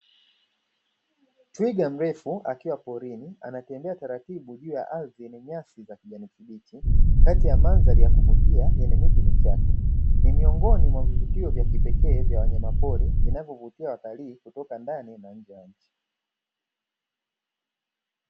Twiga mrefu akiwa porini, anatembea taratibu juu ya ardhi yenye nyasi za kijani kibichi, kati ya mandhari ya kuvutia yenye miti michache, ni miongoni mwa vivutio pekee vya wanyama pori, vinavyovutia watalii kutoka ndani na nje ya nchi.